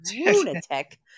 lunatic